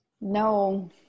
No